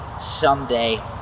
someday